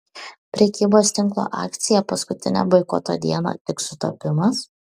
prekybos tinklo akcija paskutinę boikoto dieną tik sutapimas